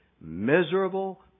miserable